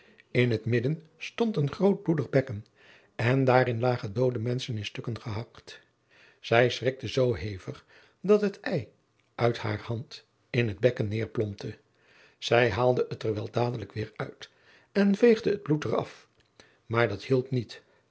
in het midden stond een groot bloedig bekken en daarin lagen doode menschen in stukken gehakt zij schrikte zoo hevig dat het ei uit haar hand in het bekken neerplompte zij haalde het er wel dadelijk weer uit en veegde het bloed er af maar dat hielp niet